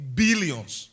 billions